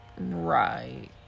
Right